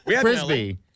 frisbee